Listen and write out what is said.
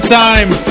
time